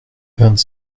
vingt